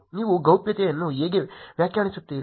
ನೀವು ಗೌಪ್ಯತೆಯನ್ನು ಹೇಗೆ ವ್ಯಾಖ್ಯಾನಿಸುತ್ತೀರಿ